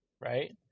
right